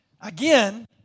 again